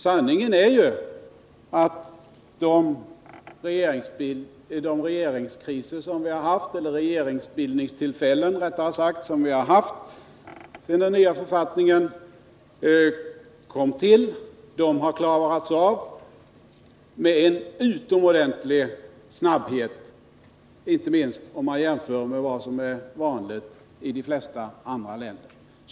Sanningen är ju att det vid de regeringsbildningstillfällen vi har haft sedan den nya författningen kom till har visat sig att regeringsbildningen har kunnat klaras av med en utomordentlig snabbhet, inte minst om man jämför med vad som är vanligt i de flesta andra länder.